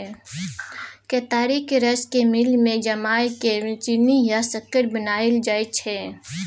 केतारीक रस केँ मिल मे जमाए केँ चीन्नी या सक्कर बनाएल जाइ छै